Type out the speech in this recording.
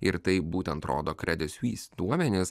ir tai būtent rodo kredisuis duomenys